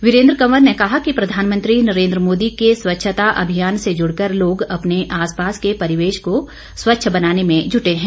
वीरेंद्र कंवर ने कहा कि प्रधानमंत्री नरेंद्र मोदी के स्वच्छता अभियान से जुड़ कर लोग अपने आसपास के परिवेश को स्वच्छ बनाने में जुटे है